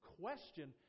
question